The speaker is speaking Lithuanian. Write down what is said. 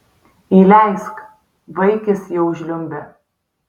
įleisk vaikis jau žliumbė